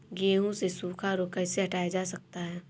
गेहूँ से सूखा रोग कैसे हटाया जा सकता है?